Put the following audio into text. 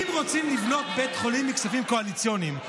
אם רוצים לבנות בית חולים מכספים קואליציוניים,